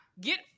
get